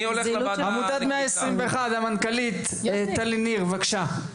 עמותת 121, המנכ"לית טלי ניר, בבקשה.